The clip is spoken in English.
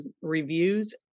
reviews